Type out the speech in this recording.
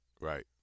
Right